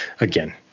again